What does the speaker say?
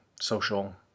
social